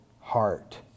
Heart